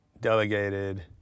delegated